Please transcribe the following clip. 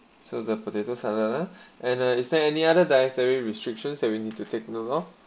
so the potato salad and is there any other dietary restrictions that we need to take note loh